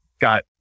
got